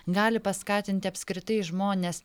gali paskatinti apskritai žmones